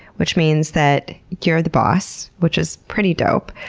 which means that you're the boss, which is pretty dope.